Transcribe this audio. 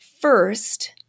first